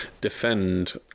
defend